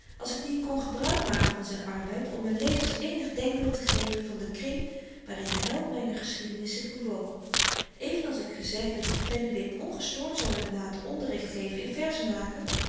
als ik niet kon gebruik maken van zyn arbeid om m'n lezers eenig denkbeeld te geven van den kring waarin de held myner geschiedenis zich bewoog even als ik gezegden pennewip ongestoord zou hebben laten onderricht geven in